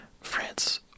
France